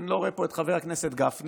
אני לא רואה פה את חבר הכנסת גפני,